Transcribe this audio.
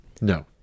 no